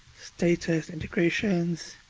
status, integrations.